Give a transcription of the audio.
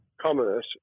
commerce